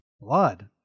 Blood